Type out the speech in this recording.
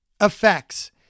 effects